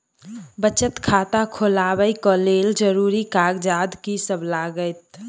बचत खाता खोलाबै कऽ लेल जरूरी कागजात की सब लगतइ?